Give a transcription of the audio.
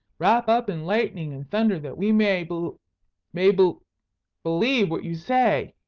wrap up in lightning and thunder that we may be may be lieve what you say.